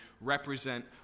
represent